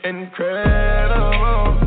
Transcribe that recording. Incredible